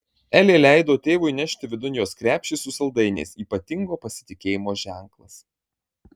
elė leido tėvui įnešti vidun jos krepšį su saldainiais ypatingo pasitikėjimo ženklas